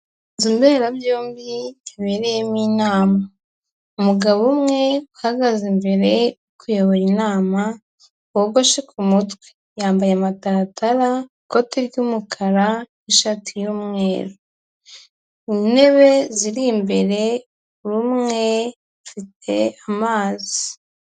Inzu mberabyombi yabereyemo inama, umugabo umwe ahagaze imbere uri kuyobora inama wogoshe ku mutwe, yambaye amataratara, ikoti ry'umukara n'ishati y'umweru, ku ntebe ziri imbere buri umwe afite amazi.